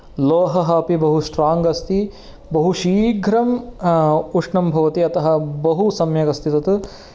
लोहः अपि बहु स्ट्रोंग् अस्ति बहु शीघ्रम् उष्णं भवति अतः बहु सम्यक् अस्ति तत्